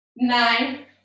Nine